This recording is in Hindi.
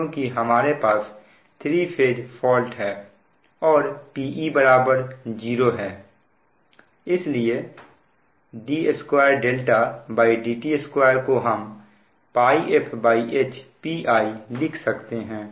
क्योंकि हमारे पास 3 फेज फॉल्ट है और Pe0 है इसलिए d2dt2को हम πfH Pi लिख सकते हैं